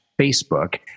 facebook